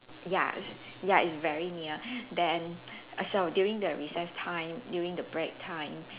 ya ya it's very near then so during the recess time during the break time